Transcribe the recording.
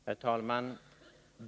Herr talman!